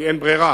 כי אין ברירה.